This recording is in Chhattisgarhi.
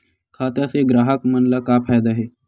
खाता से ग्राहक मन ला का फ़ायदा हे?